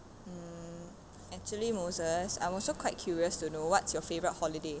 mmhmm actually moses I'm also quite curious to know what's your favourite holiday